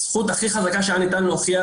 הזכות הכי חזקה שהיה ניתן להוכיח,